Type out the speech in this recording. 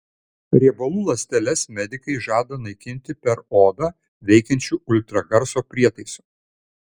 riebalų ląsteles medikai žada naikinti per odą veikiančiu ultragarso prietaisu